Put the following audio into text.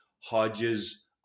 Hodges